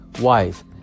wife